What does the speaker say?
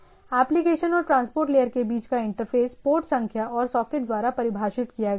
application और transport layer के बीच का इंटरफ़ेस पोर्ट संख्या और सॉकेट द्वारा परिभाषित किया गया है